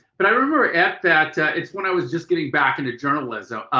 but i remember at that it's when i was just getting back into journalism.